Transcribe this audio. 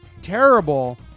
terrible